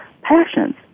passions